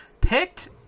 picked